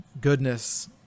goodness